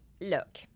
look